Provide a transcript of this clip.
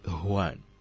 One